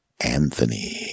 Anthony